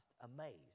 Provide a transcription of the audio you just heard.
amazed